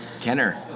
Kenner